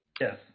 Yes